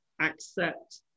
accept